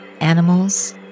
animals